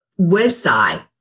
website